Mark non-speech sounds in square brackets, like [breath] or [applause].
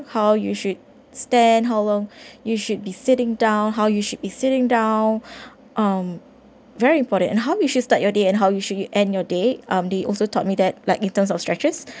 how you should stand how long you should be sitting down how you should be sitting down [breath] um very important and how you should start your day and how you should end your day um they also taught me that like in terms of stretches